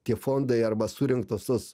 tie fondai arba surinktos tos